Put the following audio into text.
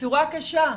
בצורה קשה,